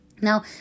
Now